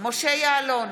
משה יעלון,